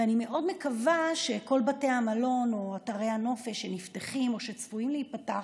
ואני מאוד מקווה שכל בתי המלון או אתרי הנופש שנפתחים או שצפויים להיפתח